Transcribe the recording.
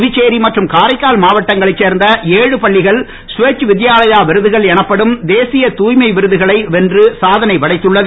புதுச்சேரி மற்றும் காரைக்கால் மாவட்டங்களைச் சேர்ந்த பள்ளிகள் ஸ்வச் வித்யாலயா விருதுகள் எனப்படும் தேசிய தூய்மை விருதுகளை வென்று சாதனைப்படைத்துள்ளனர்